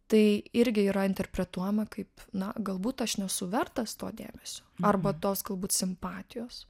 tai irgi yra interpretuojama kaip na galbūt aš nesu vertas to dėmesio arba tos galbūt simpatijos